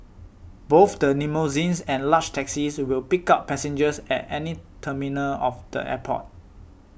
both the limousines and large taxis will pick up passengers at any terminal of the airport